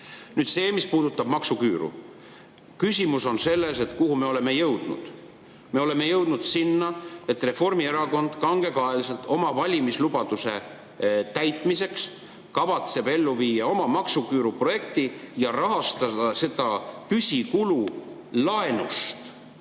Nüüd see, mis puudutab maksuküüru. Küsimus on selles, kuhu me oleme jõudnud. Me oleme jõudnud sinna, et Reformierakond kavatseb kangekaelselt oma valimislubaduse täitmiseks viia ellu oma maksuküüruprojekti ja rahastada seda püsikulu laenust.